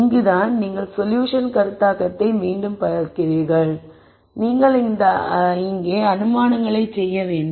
இங்குதான் நீங்கள் சொல்யூஷன் கருத்தாக்கத்தை மீண்டும் பார்க்கிறீர்கள் நீங்கள் இங்கே அனுமானங்களைச் செய்ய வேண்டும்